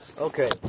okay